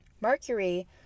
Mercury